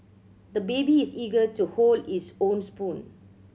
the baby is eager to hold his own spoon